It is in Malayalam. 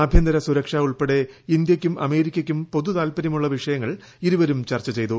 ആഭ്യന്തര സുരക്ഷ ഉൾപ്പെടെ ഇന്ത്യയ്ക്കും അമേരിക്കക്കും പൊതുതാൽപര്യമുള്ള വിഷയങ്ങൾ ഇരുവരും ചർച്ച ചെയ്തു